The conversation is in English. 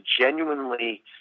genuinely